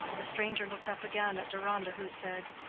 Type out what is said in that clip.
the stranger looked up again at deronda, who said,